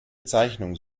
bezeichnung